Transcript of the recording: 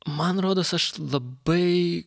man rodos aš labai